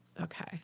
Okay